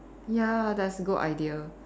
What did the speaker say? ya that's a good idea